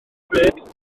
bryd